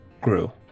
grew